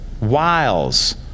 wiles